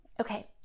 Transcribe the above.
Okay